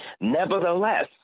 Nevertheless